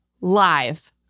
live